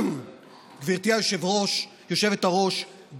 גברתי היושבת-ראש,